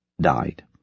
died